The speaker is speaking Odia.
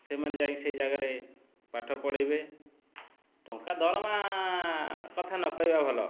ସେମାନେ ଯାଇକି ସେଇ ଜାଗାରେ ପାଠ ପଢ଼େଇବେ ଟଙ୍କା ଦରମା କଥା ନ କହିବା ଭଲ